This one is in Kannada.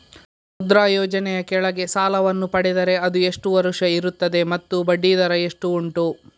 ಮುದ್ರಾ ಯೋಜನೆ ಯ ಕೆಳಗೆ ಸಾಲ ವನ್ನು ಪಡೆದರೆ ಅದು ಎಷ್ಟು ವರುಷ ಇರುತ್ತದೆ ಮತ್ತು ಬಡ್ಡಿ ದರ ಎಷ್ಟು ಉಂಟು?